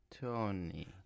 Tony